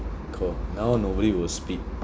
co~ now nobody will spit